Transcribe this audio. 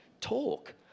talk